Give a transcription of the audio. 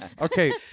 Okay